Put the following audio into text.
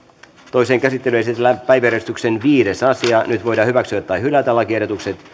toiseen käsittelyyn esitellään päiväjärjestyksen viides asia nyt voidaan hyväksyä tai hylätä lakiehdotukset